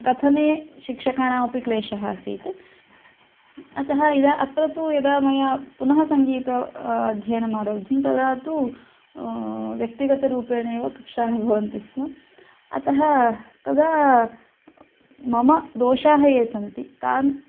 कथने शिक्षकाणामपि क्लेशः आसीत् अतः यदा अत्र तु यदा मया पुनः सङ्गीत अध्ययनम् आरब्धं तदा तु व्यक्तिगतरूपेण एव कक्ष्याः भवन्ति स्म अतः तदा मम दोषाः ये सन्ति तान्